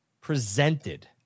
presented